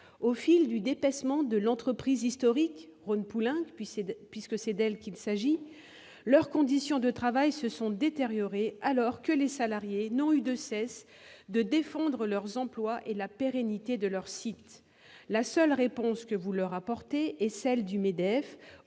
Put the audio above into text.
Au fil du dépècement de l'entreprise historique, Rhône-Poulenc, puisque c'est d'elle qu'il s'agit, les conditions de travail des salariés se sont détériorées, alors qu'ils n'ont eu de cesse de défendre leurs emplois et la pérennité de leur site. La seule réponse que vous leur apportez est celle du MEDEF :